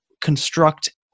construct